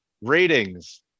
ratings